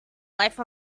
life